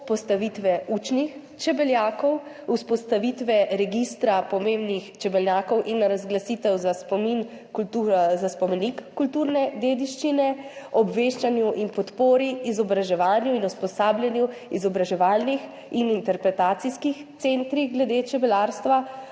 postavitve učnih čebelnjakov, vzpostavitve registra pomembnih čebelnjakov in razglasitve za spomenik kulturne dediščine, obveščanju in podpori izobraževanju in usposabljanju izobraževalnih in interpretacijskih centrov čebelarstva